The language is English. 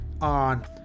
on